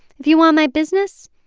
if you want my business,